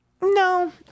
No